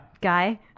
guy